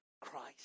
Christ